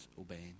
obeying